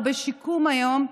הוא בשיקום היום,